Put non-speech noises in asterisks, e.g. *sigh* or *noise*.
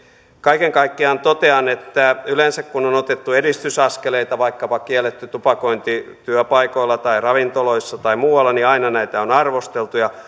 kaiken kaikkiaan totean että yleensä kun on otettu edistysaskeleita vaikkapa kielletty tupakointi työpaikoilla tai ravintoloissa tai muualla niin aina näitä on arvosteltu ja *unintelligible*